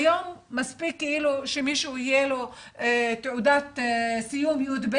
היום מספיק שמישהו יהיה לו תעודת סיום יב',